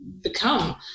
become